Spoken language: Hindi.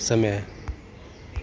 समय